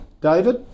David